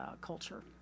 culture